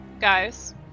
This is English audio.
Guys